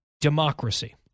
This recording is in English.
democracy